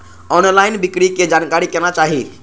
Online बिक्री के जानकारी केना चाही?